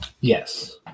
Yes